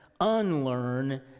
unlearn